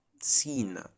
seen